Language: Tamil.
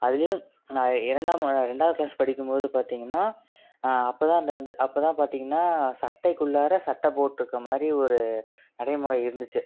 அதுலையும் இரண்டாம் ரெண்டாவது கிளாஸ் படிக்கும்போது பார்த்திங்கன்னா அப்போதான் அந்த அப்போதான் பார்த்திங்கன்னா சட்டை குள்ளாற சட்டை போட்ருக்க மாதிரி ஒரு நடைமுறை இருந்துச்சு